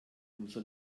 umso